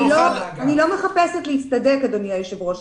אני לא מחפשת להצטדק אדוני היושב ראש.